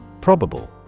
Probable